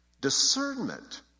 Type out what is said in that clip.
Discernment